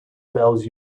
bells